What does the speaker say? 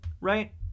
Right